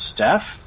Steph